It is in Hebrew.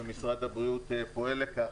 ומשרד הבריאות לפועל לכך,